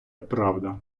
правда